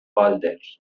pòlders